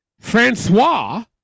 Francois